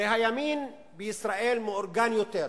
הרי הימין בישראל מאורגן יותר,